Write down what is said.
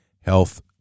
health